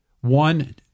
One